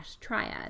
triad